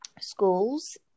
schools